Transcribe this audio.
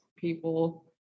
people